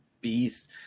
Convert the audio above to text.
beast